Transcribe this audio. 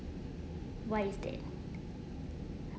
why is that